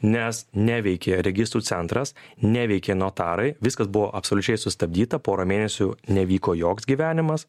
nes neveikė registrų centras neveikė notarai viskas buvo absoliučiai sustabdyta porą mėnesių nevyko joks gyvenimas